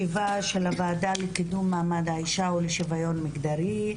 אני פותחת את הישיבה של הוועדה לקידום מעמד האישה ולשוויון מגדרי,